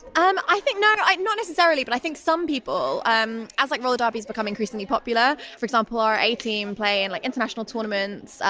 um i think no, not necessarily but i think some people, um as like roller derby has become increasingly popular for example our a team play in like international tournaments,